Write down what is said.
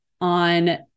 on